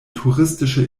touristische